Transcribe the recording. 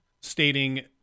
stating